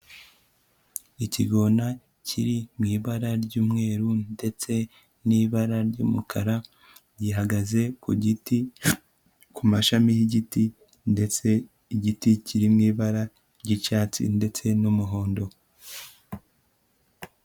Ikigona kiri mu ibara ry'umweru ndetse n'ibara ry'umukara, gihagaze ku giti, ku mashami y'igiti, ndetse igiti kiri mu ibara ry'icyatsi ndetse n'umuhondo.